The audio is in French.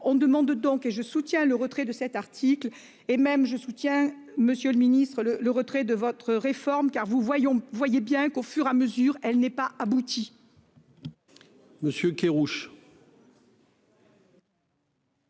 On demande donc et je soutiens le retrait de cet article, et même je soutiens Monsieur le Ministre, le, le retrait de votre réforme car vous voyons vous voyez bien qu'au fur à mesure, elle n'est pas abouti. Monsieur Kerrouche.